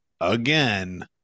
again